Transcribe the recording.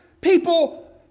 people